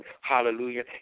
Hallelujah